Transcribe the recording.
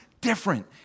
different